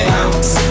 Bounce